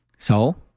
so,